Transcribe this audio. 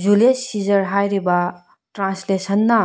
Julius Caesar ꯍꯥꯏꯔꯤꯕ ꯇ꯭ꯔꯥꯟꯁꯂꯦꯁꯟꯅ